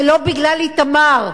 זה לא בגלל איתמר,